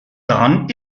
dran